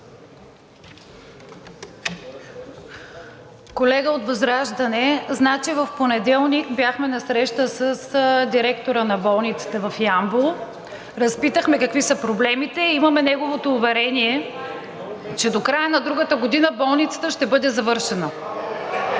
Колега от ВЪЗРАЖДАНЕ, в понеделник бяхме на среща с директора на болницата в Ямбол. Разпитахме какви са проблемите и имаме неговото уверение, че до края на другата година болницата ще бъде завършена.